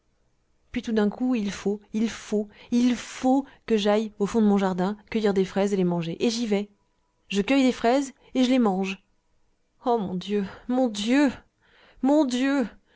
puis tout d'un coup il faut il faut il faut que j'aille au fond de mon jardin cueillir des fraises et les manger et j'y vais je cueille des fraises et je les mange oh mon dieu mon dieu mon dieu